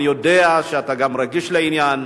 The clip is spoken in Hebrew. אני יודע שאתה גם רגיש לעניין.